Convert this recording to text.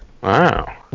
Wow